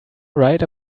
right